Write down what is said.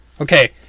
Okay